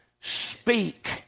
speak